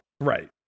Right